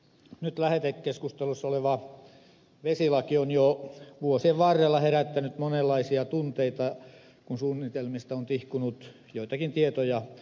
nyt lähetekeskustelussa oleva vesilaki on jo vuosien varrella herättänyt monenlaisia tunteita kun suunnitelmista on tihkunut joitakin tietoja julkisuuteen